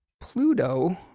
Pluto